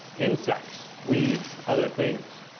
insects, weeds, other things.